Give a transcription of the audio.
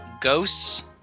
ghosts